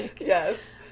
Yes